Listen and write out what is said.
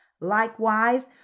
Likewise